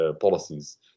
policies